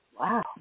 Wow